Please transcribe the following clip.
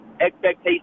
expectations